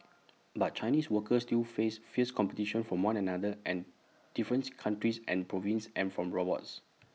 but Chinese workers still face fierce competition from one another and difference countries and provinces and from robots